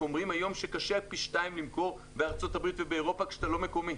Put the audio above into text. אומרים שקשה היום פי 2 למכור בארצות הברית ובאירופה כשאתה לא מקומי.